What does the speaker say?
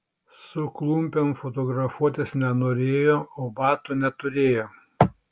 su klumpėm fotografuotis nenorėjo o batų neturėjo